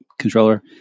controller